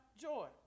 joy